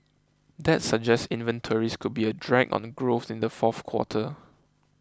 that suggests inventories could be a drag on growth in the fourth quarter